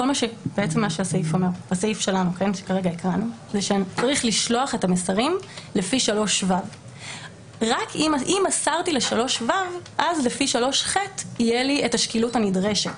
הסעיף שכרגע הקראנו אומר שצריך לשלוח את המסרים לפי 3ו. אם מסרתי ל-3ו אז לפי 3ח תהיה לי את השקילות הנדרשת,